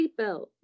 seatbelt